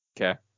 Okay